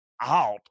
out